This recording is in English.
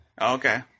Okay